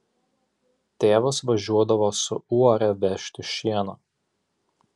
tėvas važiuodavo su uore vežti šieno